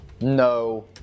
no